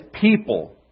people